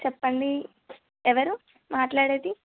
చెప్పండి ఎవరు మాట్లాడేది